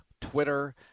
Twitter